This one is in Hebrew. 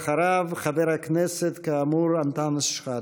אחריו כאמור, חבר הכנסת אנטאנס שחאדה.